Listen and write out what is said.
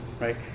right